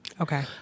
Okay